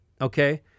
okay